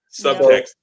Subtext